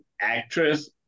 actress